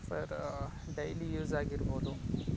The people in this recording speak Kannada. ಫಾರ್ ಡೈಲಿ ಯೂಸ್ ಆಗಿರ್ಬೋದು